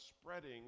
spreading